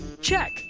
Check